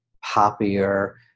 happier